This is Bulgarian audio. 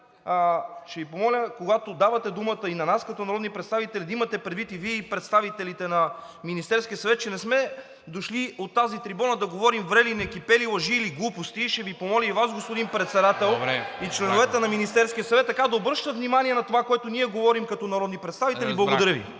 ще Ви помоля, когато давате думата и на нас като народни представители, да имате предвид и Вие, и представителите на Министерския съвет, че не сме дошли от тази трибуна да говорим врели-некипели, лъжи или глупости. (Силен шум и реплики.) Ще Ви помоля и Вас, господин Председател, и членовете на Министерския съвет, да обръщат внимание на това, което ние говорим като народни представители. Благодаря Ви.